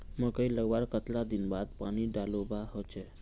मकई लगवार कतला दिन बाद पानी डालुवा होचे?